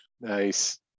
nice